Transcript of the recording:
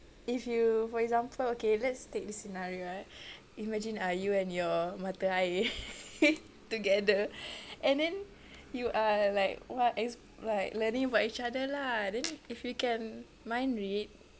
if you for example okay let's take this scenario eh imagine ah you and your mata air together and then you are like what is like learning about each other lah then if you can mind read